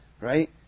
Right